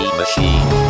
machine